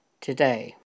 today